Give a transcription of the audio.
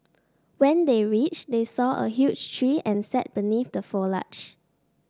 when they reached they saw a huge tree and sat beneath the foliage